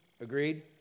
Agreed